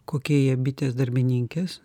kokie jie bitės darbininkės